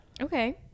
Okay